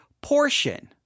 portion